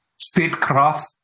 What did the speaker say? statecraft